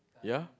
ya